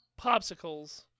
popsicles